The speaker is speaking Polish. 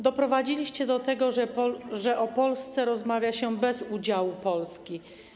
Doprowadziliście do tego, że o Polsce rozmawia się bez udziału Polski.